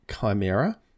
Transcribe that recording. Chimera